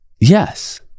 Yes